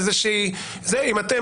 אם אתם,